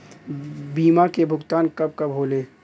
बीमा के भुगतान कब कब होले?